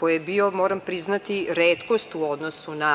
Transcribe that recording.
koji je bio, moram priznati, retkost u odnosu na